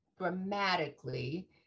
dramatically